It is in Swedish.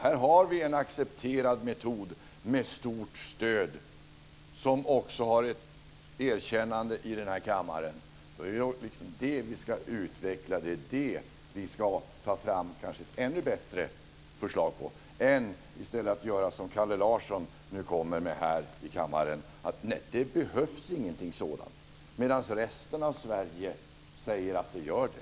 Här har vi en accepterad metod med ett stort stöd som också har ett erkännande här i kammaren. Då är det detta vi ska utveckla. Vi ska kanske ta fram ett ännu bättre förslag här. Kalle Larsson säger i stället nu i kammaren att det inte behövs någonting sådant. Resten av Sverige säger att det gör det.